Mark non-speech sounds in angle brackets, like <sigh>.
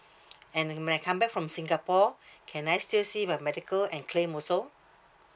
<breath> and when when I come back from singapore <breath> can I still see my medical and claim also